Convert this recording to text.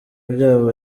byaba